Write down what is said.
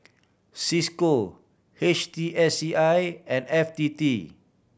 Cisco H T S C I and F T T